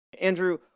andrew